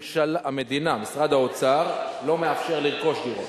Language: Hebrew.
המדינה, משרד האוצר, לא מאפשר לרכוש דירות.